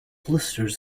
blisters